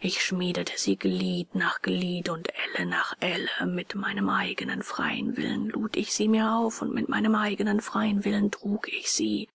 ich schmiedete sie glied nach glied und elle nach elle mit meinem eigenen freien willen lud ich sie mir auf und mit meinem eigenen freien willen trug ich sie